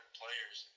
players